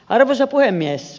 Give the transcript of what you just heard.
arvoisa puhemies